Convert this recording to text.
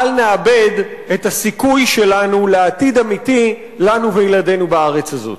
אל נאבד את הסיכוי שלנו לעתיד אמיתי לנו ולילדינו בארץ הזאת.